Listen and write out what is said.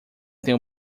têm